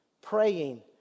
praying